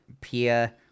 Pia